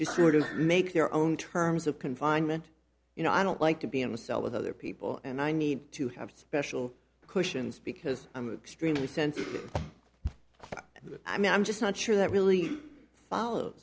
of make their own terms of confinement you know i don't like to be in a cell with other people and i need to have special cushions because i'm a stream of sensitive i mean i'm just not sure that really follow